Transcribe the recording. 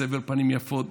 בסבר פנים יפות,